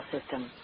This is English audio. system